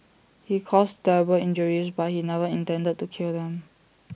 he caused terrible injuries but he never intended to kill them